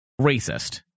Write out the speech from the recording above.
racist